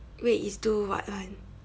wait is do what [one]